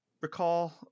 recall